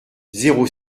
zéro